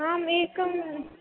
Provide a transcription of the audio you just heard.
आम् एकं